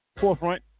forefront